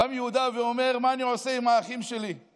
קם יהודה ואומר: מה אני עושה עם האחים שלי?